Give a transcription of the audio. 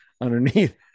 underneath